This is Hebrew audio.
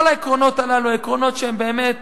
כל העקרונות הללו, עקרונות שהם באמת